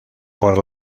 por